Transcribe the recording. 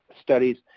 studies